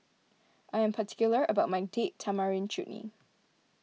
I am particular about my Date Tamarind Chutney